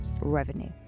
revenue